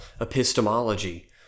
epistemology